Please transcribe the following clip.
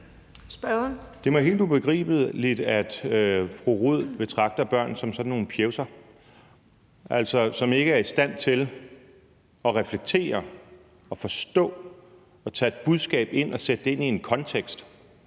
Det er mig helt ubegribeligt, at fru Lotte Rod betragter børn som sådan nogle pjevser, altså som ikke er i stand til at reflektere og forstå og tage et budskab ind og sætte det ind i en kontekst.